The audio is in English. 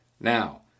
Now